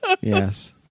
Yes